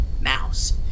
Mouse